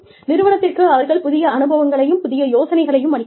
நிறுவனத்திற்கு அவர்கள் புதிய அனுபவங்களையும் புதிய யோசனைகளையும் அளிக்கிறார்கள்